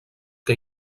que